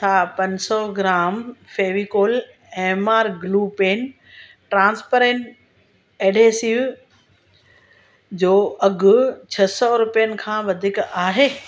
छा पंज सौ gram Fevicol M R glue pen transparent adhesive जो अघु छह सौ रुपयनि खां वधीक आहे